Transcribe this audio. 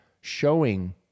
showing